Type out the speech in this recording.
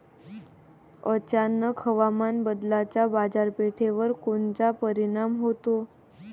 अचानक हवामान बदलाचा बाजारपेठेवर कोनचा परिणाम होतो?